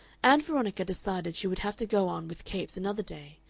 ann veronica decided she would have to go on with capes another day,